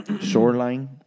Shoreline